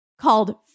called